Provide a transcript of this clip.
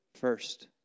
first